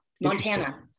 Montana